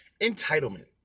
Entitlement